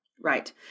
Right